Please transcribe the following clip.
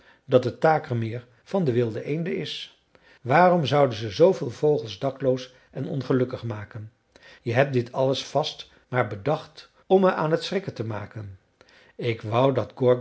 dat het takermeer van de wilde eenden is waarom zouden ze zooveel vogels dakloos en ongelukkig maken je hebt dit alles vast maar bedacht om me aan t schrikken te maken ik wou dat